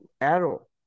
arrow